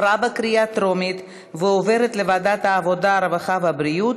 לוועדת הפנים והגנת